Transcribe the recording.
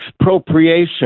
expropriation